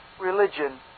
religion